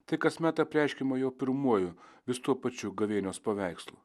tai kasmet apreiškiama juo pirmuoju vis tuo pačiu gavėnios paveikslu